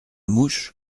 mouche